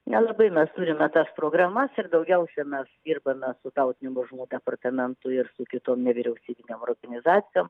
nelabai mes turime tas programas ir daugiausia mes dirbame su tautinių mažumų departamentu ir su kitom nevyriausybinėm organizacijom